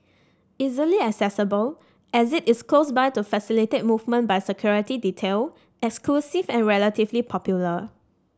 easily accessible exit is close by to facilitate movement by security detail exclusive and relatively popular